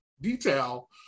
detail